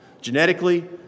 Genetically